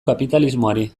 kapitalismoari